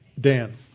Dan